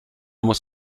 muss